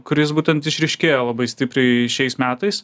kuris būtent išryškėjo labai stipriai šiais metais